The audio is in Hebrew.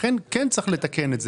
לכן צריך לתקן את זה.